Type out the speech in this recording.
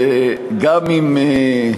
וגם אם,